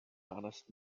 honest